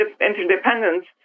interdependence